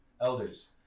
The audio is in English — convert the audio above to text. elders